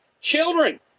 Children